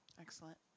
Excellent